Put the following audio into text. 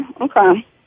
okay